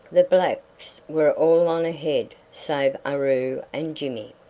the blacks were all on ahead save aroo and jimmy,